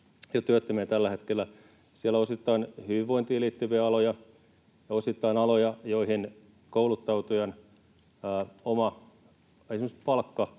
työttömiä tällä hetkellä. Siellä on osittain hyvinvointiin liittyviä aloja ja osittain aloja, joilla esimerkiksi kouluttautujan oma palkka,